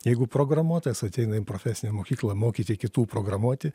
jeigu programuotojas ateina į profesinę mokyklą mokyti kitų programuoti